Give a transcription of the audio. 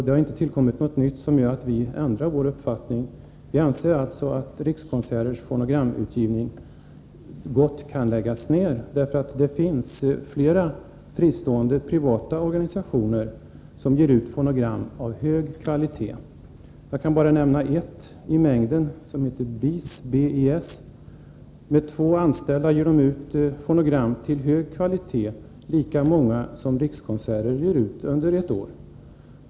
Det har inte tillkommit något nytt som gör att vi ändrar vår uppfattning. Vi anser att Rikskonserters fonogramutgivning gott kan läggas ned. Det finns nämligen flera fristående privata organisationer som ger ut fonogram av hög kvalitet. Jag kan nämna en i mängden, nämligen BIS. Med två anställda ger man ut lika många fonogram av hög kvalitet som Rikskonserter ger ut under ett år.